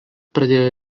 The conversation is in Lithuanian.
pradėjo